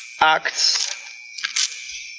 Acts